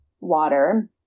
water